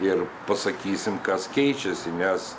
ir pasakysim kas keičiasi nes